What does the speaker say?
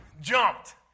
jumped